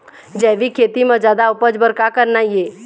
जैविक खेती म जादा उपज बर का करना ये?